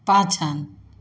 पाछाँ